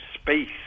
Space